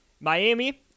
Miami